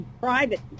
private